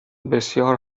بسیار